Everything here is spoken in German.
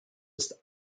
ist